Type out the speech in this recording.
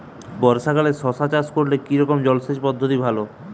বর্ষাকালে শশা চাষ করলে কি রকম জলসেচ পদ্ধতি ভালো?